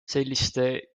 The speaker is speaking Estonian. selliste